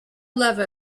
love